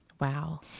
Wow